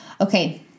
Okay